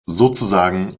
sozusagen